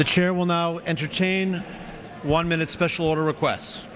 the chair will now entertain one minute special requests